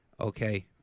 okay